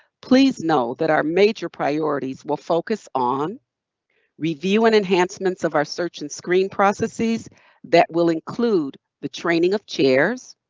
please know that our major priorities will focus on review and enhancements of our search and screen processes that will include the training of chairs,